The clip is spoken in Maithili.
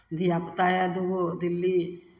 धियापुता आयल तऽ ओहो दिल्ली